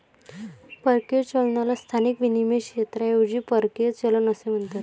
परकीय चलनाला स्थानिक विनिमय क्षेत्राऐवजी परकीय चलन असे म्हणतात